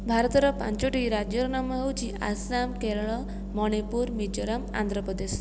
ଭାରତର ପାଞ୍ଚୋଟି ରାଜ୍ୟର ନାମ ହେଉଛି ଆସାମ କେରଳ ମଣିପୁର ମିଜୋରାମ ଆନ୍ଧ୍ରପ୍ରଦେଶ